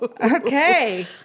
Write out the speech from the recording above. Okay